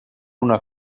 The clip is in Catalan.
una